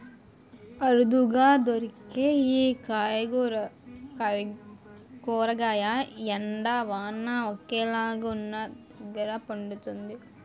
అరుదుగా దొరికే ఈ కూరగాయ ఎండ, వాన ఒకేలాగా వున్నదగ్గర పండుతుంది